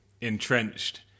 entrenched